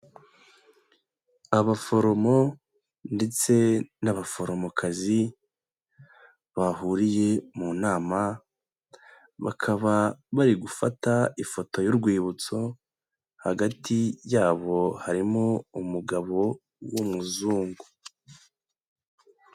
Abaforomo ndetse n'abaforomokazi bahuriye mu nama, bakaba bari gufata ifoto y'urwibutso hagati yabo harimo umugabo w'umuzungu.